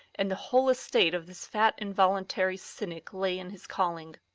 and the whole estate of this fat involuntary cynic lay in his calling.